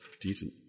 decent